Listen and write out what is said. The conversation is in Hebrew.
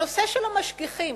נושא המשגיחים,